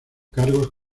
cargos